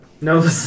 No